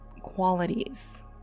qualities